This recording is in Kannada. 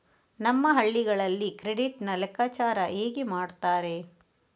ನಮ್ಮ ಹಳ್ಳಿಗಳಲ್ಲಿ ಕ್ರೆಡಿಟ್ ನ ಲೆಕ್ಕಾಚಾರ ಹೇಗೆ ಮಾಡುತ್ತಾರೆ?